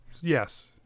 Yes